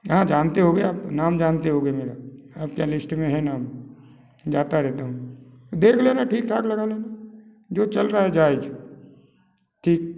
हाँ जानते होगे आप नाम जानते होगे मेरा आप की लिश्ट में है नाम जाता रहता हूँ देख लेना ठीक ठाक लगा लेना जो चल रहा है जाएज़ ठीक